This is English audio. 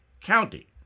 County